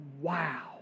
wow